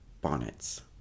bonnets